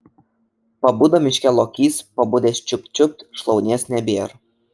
pabudo miške lokys pabudęs čiupt čiupt šlaunies nebėr